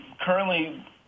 Currently